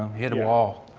hit a wall.